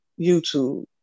YouTube